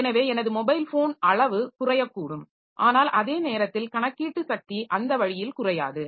எனவே எனது mobile phone அளவு குறையக்கூடும் ஆனால் அதே நேரத்தில் கணக்கீட்டு சக்தி அந்த வழியில் குறையாது